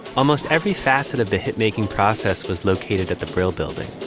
almost every facet of the hit making process was located at the brill building,